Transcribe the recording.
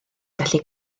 gallu